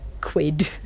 quid